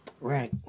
Right